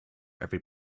every